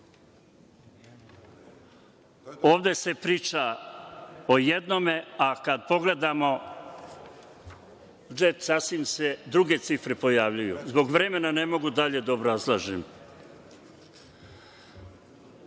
Ovde se priča o jednome, a kad pogledamo budžet, sasvim se druge cifre pojavljuju. Zbog vremena, ne mogu dalje da obrazlažem.